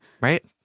Right